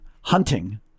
hunting